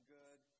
good